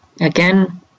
Again